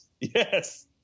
Yes